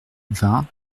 vingt